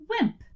wimp